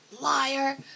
Liar